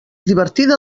divertida